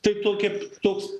tai tokie toks